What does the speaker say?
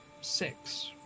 six